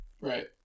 Right